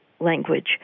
language